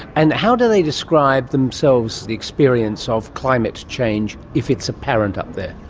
and how do they describe themselves the experience of climate change, if it's apparent up there?